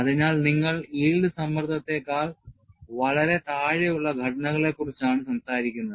അതിനാൽ നിങ്ങൾ yield സമ്മർദ്ദത്തെക്കാൾ വളരെ താഴെയുള്ള ഘടനകളെക്കുറിച്ചാണ് സംസാരിക്കുന്നത്